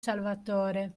salvatore